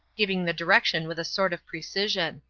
giving the direction with a sort of precision.